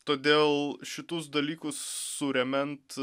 todėl šituos dalykus suremiant